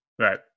Right